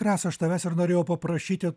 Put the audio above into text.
rasa aš tavęs ir norėjau paprašyti